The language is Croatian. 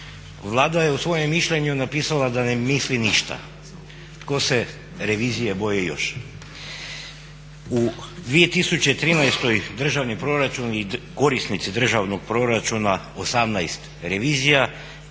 Vlada je u svojem mišljenju napisala da ne misli ništa. Tko se revizije boji još. U 2013. državni proračun i korisnici državnog proračuna 18 revizija,